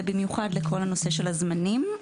ובמיוחד לנושא הזמנים.